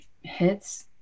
hits